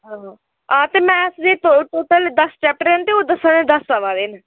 ते में इसलै टोटल दस्स चैप्टर हैन ते ओह् दस्सें दे दस्स आवै दे न